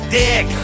dick